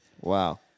Wow